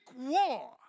war